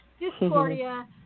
Discordia